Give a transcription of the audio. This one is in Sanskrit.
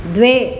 द्वे